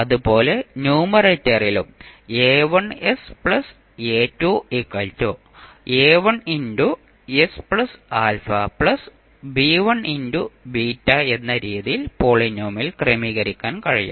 അതുപോലെ ന്യൂമറേറ്ററിലും എന്ന രീതിയിൽ പോളിനോമിയൽ ക്രമീകരിക്കാൻ കഴിയും